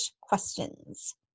questions